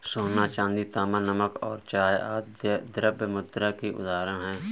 सोना, चांदी, तांबा, नमक और चाय आदि द्रव्य मुद्रा की उदाहरण हैं